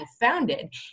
founded